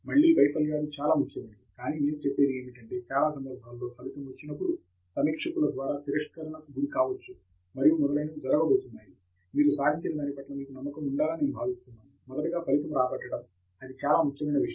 మళ్ళీ వైఫల్యాలు చాలా ముఖ్యమైనవి కానీ నేను చెప్పేది ఏమిటంటే చాలా సందర్భాలలో ఫలితం వచ్చినప్పుడు సమీక్షకుల ద్వారా తిరస్కరణకు గురికావచ్చు మరియు మొదలైనవి జరగబోతున్నాయి మీరు సాధించిన దాని పట్ల మీకు నమ్మకం ఉండాలని నేను భావిస్తున్నాను మొదటగా ఫలితం రాబట్టటం అది చాలా ముఖ్యమైన విషయం